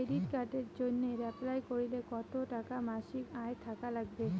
Credit কার্ডের জইন্যে apply করিতে কতো টাকা মাসিক আয় থাকা নাগবে?